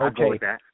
Okay